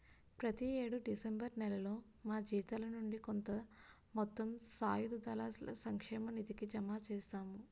ప్రతి యేడు డిసెంబర్ నేలలో మా జీతాల నుండి కొంత మొత్తం సాయుధ దళాల సంక్షేమ నిధికి జమ చేస్తాము